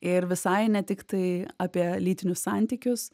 ir visai ne tiktai apie lytinius santykius